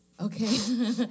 Okay